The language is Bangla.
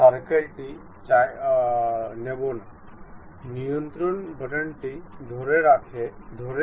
আরেকটি বিষয় হল প্যারালেল মেট